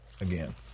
again